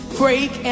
break